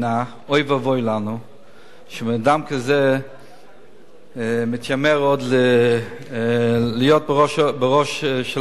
אוי ואבוי לנו שבן-אדם כזה מתיימר עוד להיות בראש המדינה.